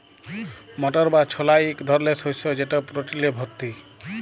মটর বা ছলা ইক ধরলের শস্য যেট প্রটিলে ভত্তি